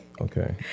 Okay